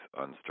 unstructured